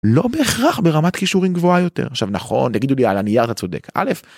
לא בהכרח ברמת כישורים גבוהה יותר עכשיו נכון תגידו לי על הנייר אתה צודק. א